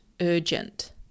urgent